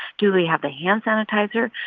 do we have the hand sanitizer?